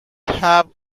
have